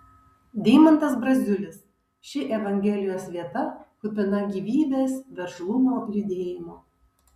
deimantas braziulis ši evangelijos vieta kupina gyvybės veržlumo judėjimo